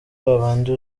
babandi